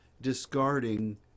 discarding